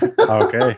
okay